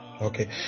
okay